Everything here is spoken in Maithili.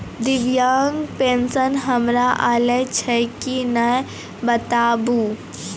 दिव्यांग पेंशन हमर आयल छै कि नैय बताबू?